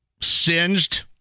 singed